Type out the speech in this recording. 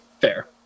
Fair